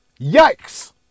yikes